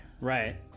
Right